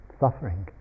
suffering